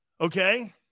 Okay